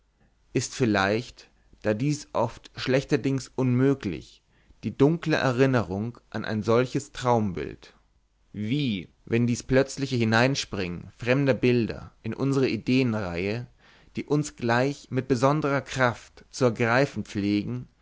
ist vielleicht da dies oft schlechterdings unmöglich die dunkle erinnerung an ein solches traumbild wie wenn dies plötzliche hineinspringen fremder bilder in unsere ideenreihe die uns gleich mit besonderer kraft zu ergreifen pflegen